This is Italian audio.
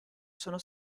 sono